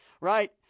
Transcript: right